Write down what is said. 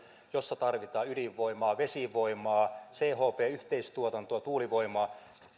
jossa tarvitaan ydinvoimaa vesivoimaa chp yhteistuotantoa tuulivoimaa